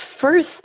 first